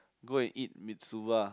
go and eat Mitsuba